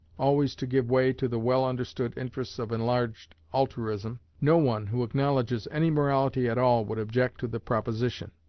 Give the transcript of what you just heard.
always to give way to the well-understood interests of enlarged altruism, no one who acknowledges any morality at all would object to the proposition.